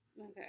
Okay